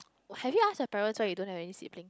have you ask your parent so you don't have your siblings